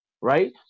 right